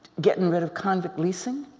getting rid of convict leasing.